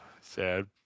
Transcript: sad